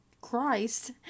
Christ